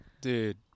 Dude